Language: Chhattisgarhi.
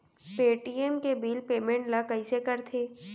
पे.टी.एम के बिल पेमेंट ल कइसे करथे?